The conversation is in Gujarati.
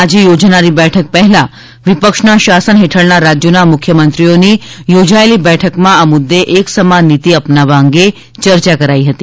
આજે યોજાનારી બેઠક પહેલાં વિપક્ષના શાસન હેઠળના રાજ્યોના મુખ્યમંત્રીઓની યોજાયેલી બેઠકમાં આ મુદ્દે એકસમાન નીતિ અપનાવવા અંગે ચર્ચા કરાઈ હતી